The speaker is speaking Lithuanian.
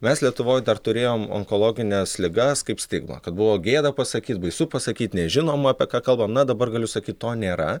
mes lietuvoj dar turėjom onkologines ligas kaip stigmą kad buvo gėda pasakyt baisu pasakyt nežinom apie ką kalbam na dabar galiu sakyt to nėra